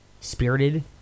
spirited